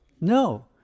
No